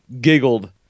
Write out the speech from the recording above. giggled